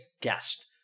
guest